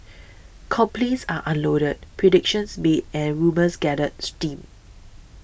complaints are unloaded predictions made and rumours gather steam